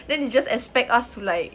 then they just expect us to like